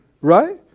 right